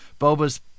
Boba's